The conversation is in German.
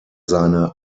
seine